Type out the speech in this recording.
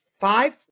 five